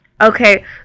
Okay